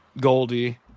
Goldie